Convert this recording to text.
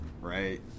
right